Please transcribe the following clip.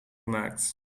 gemaakt